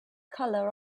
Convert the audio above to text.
color